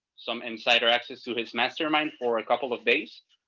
some insider access to his mastermind for a couple of days.